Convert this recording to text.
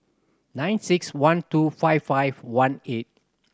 nine six one two five five one eight